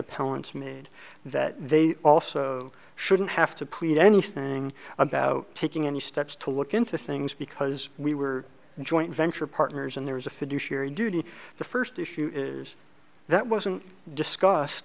opponents made that they also shouldn't have to plead anything about taking any steps to look into things because we were in joint venture partners and there was a fiduciary duty the first issue is that wasn't discuss